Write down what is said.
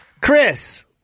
Chris